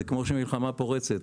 זה כמו שמלחמה פורצת.